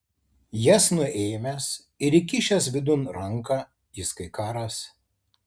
jas nuėmęs ir įkišęs vidun ranką jis kai ką ras